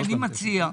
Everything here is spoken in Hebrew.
אני מציע,